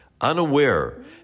unaware